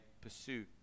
pursue